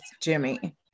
Jimmy